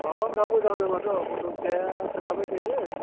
माबाब्रा मोजांनो माथो गथ' फिसाया खोथाबाय थायो